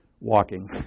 walking